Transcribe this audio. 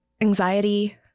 anxiety